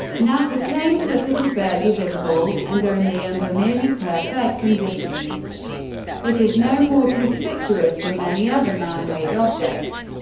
nasa claims that it is barely visible, and only under nearly perfect conditions it is no more conspicuous than many other man-made objects.